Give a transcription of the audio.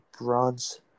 bronze